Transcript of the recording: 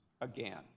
Again